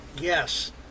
Yes